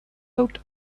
thought